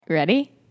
ready